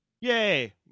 yay